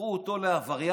הפכו אותו לעבריין,